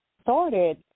started